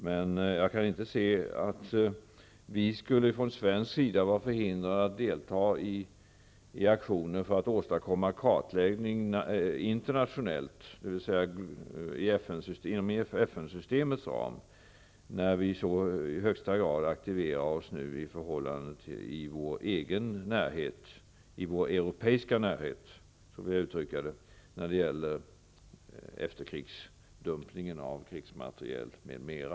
Men jag kan inte se att vi från svensk sida skulle vara förhindrade att delta i aktioner för att åstadkomma kartläggning internationellt, dvs. inom FN-systemets ram, när vi i så hög grad aktiverar oss i vår egen europeiska närhet när det gäller efterkrigsdumpningen av krigsmateriel m.m.